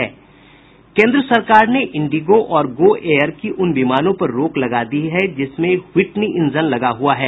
केन्द्र सरकार ने इंडिगो और गो एयर की उन विमानों पर रोक लगा दी है जिसमें हिवटनी ईंजन लगा हुआ है